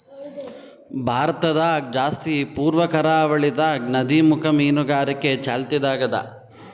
ಭಾರತದಾಗ್ ಜಾಸ್ತಿ ಪೂರ್ವ ಕರಾವಳಿದಾಗ್ ನದಿಮುಖ ಮೀನುಗಾರಿಕೆ ಚಾಲ್ತಿದಾಗ್ ಅದಾ